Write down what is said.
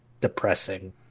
depressing